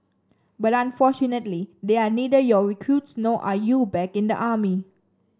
but unfortunately they are neither your recruits nor are you back in the army